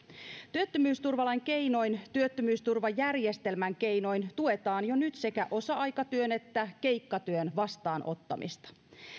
työttömyysturvalain keinoin työttömyysturvajärjestelmän keinoin tuetaan jo nyt sekä osa aikatyön että keikkatyön vastaanottamista